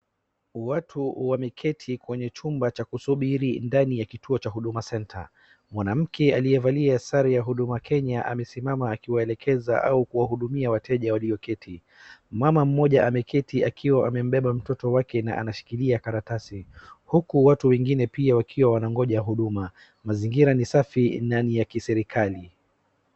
Watu wameketi kwenye chumba cha kusubiri ndani ya kituo cha Huduma Center. Mwanamke aliyevalia sare ya Huduma Kenya amesimama akiwaelekeza au kuwa hudumia wateja walioketi. Mama mmoja ameketi akiwa amembeba mtoto wake na anashikilia karatasi huku watu wengine pia wakiwa wanangoja huduma. Mazingira ni safi na ni ya kiserikali.